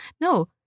No